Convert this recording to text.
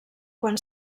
quan